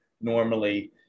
normally